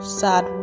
sad